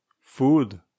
food